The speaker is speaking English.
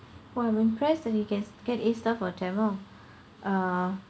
!wow! I'm impressed that he can get a star for tamil uh